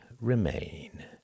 remain